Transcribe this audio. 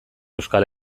euskal